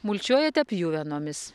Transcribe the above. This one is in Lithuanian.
mulčiuojate pjuvenomis